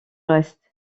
reste